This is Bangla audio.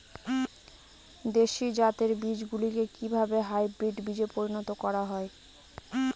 দেশি জাতের বীজগুলিকে কিভাবে হাইব্রিড বীজে পরিণত করা হয়?